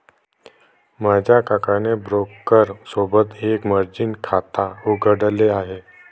माझ्या काकाने ब्रोकर सोबत एक मर्जीन खाता उघडले आहे